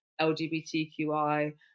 LGBTQI